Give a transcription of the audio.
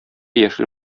яшел